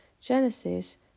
Genesis